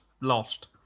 lost